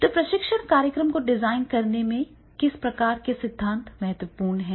तो प्रशिक्षण कार्यक्रम को डिजाइन करने में किस प्रकार के सिद्धांत महत्वपूर्ण हैं